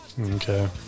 Okay